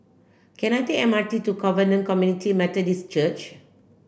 can I take the M R T to Covenant Community Methodist Church